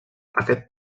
aquest